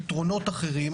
פתרונות אחרים,